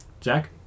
Jack